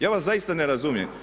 Ja vas zaista ne razumijem.